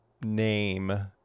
name